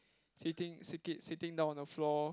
sitting sikit~ sitting down on the floor